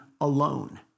alone